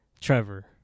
trevor